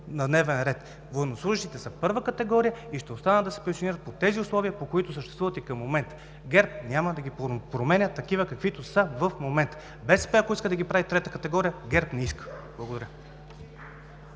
на дневен ред. Военнослужещите са първа категория и ще останат да се пенсионират по тези условия, по които съществуват и към момента. ГЕРБ няма да ги променя такива, каквито са в момента. Ако БСП иска да ги прави трета категория – ГЕРБ не иска! Благодаря.